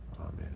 Amen